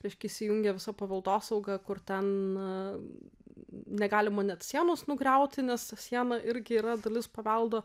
reiškia įsijungia visa paveldosauga kur ten negalima net sienos nugriauti nes siena irgi yra dalis paveldo